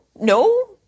no